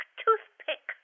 toothpick